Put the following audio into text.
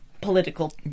political